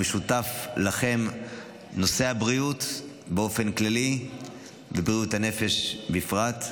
המשותף לכם הוא נושא הבריאות באופן כללי ובריאות הנפש בפרט.